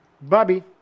Bobby